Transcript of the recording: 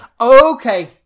Okay